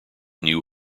new